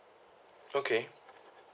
okay